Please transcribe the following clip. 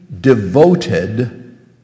devoted